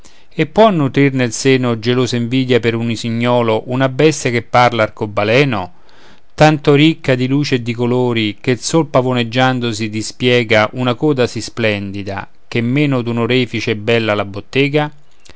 e può nutrir nel seno gelosa invidia per un usignolo una bestia che par l'arcobaleno tanto ricca di luci e di colori che sol pavoneggiandosi dispiega una coda sì splendida ch'è meno d'un orefice bella la bottega